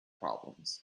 problems